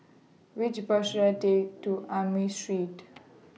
Which Bus should I Take to Amoy Street